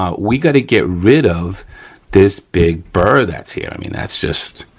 um we gotta get rid of this big bur that's here, i mean, that's just,